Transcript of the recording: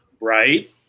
right